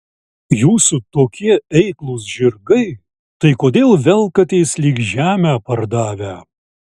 jūsų tokie eiklūs žirgai tai kodėl velkatės lyg žemę pardavę